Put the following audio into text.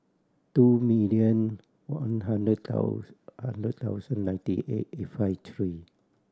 two million one hundred hundred thousand ninety eight eight five three